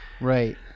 Right